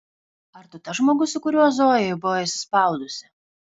ar tu tas žmogus su kuriuo zoja buvo įsispaudusi